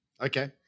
Okay